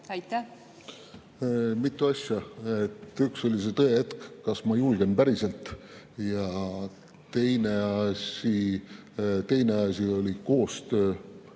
Aitäh,